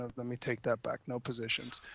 ah let me take that back, no positions,